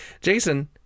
Jason